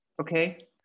Okay